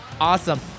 awesome